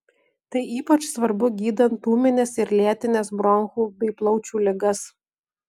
tai ypač svarbu gydant ūmines ir lėtines bronchų bei plaučių ligas